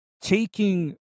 taking